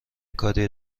کاری